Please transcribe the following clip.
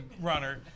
runner